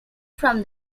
from